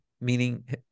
meaning